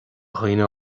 dhaoine